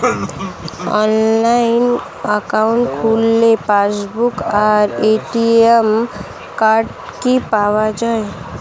Online account খুললে passbook আর ATM card কি পাওয়া যায়?